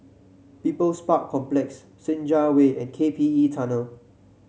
People's Park Complex Senja Way and K P E Tunnel